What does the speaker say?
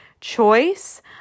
choice